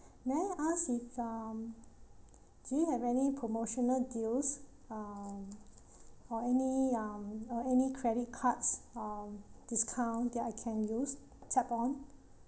may I ask you um do you have any promotional deals um for any um uh any credit cards um discount that I can use tap on